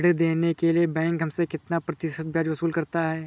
ऋण देने के लिए बैंक हमसे कितना प्रतिशत ब्याज वसूल करता है?